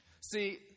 See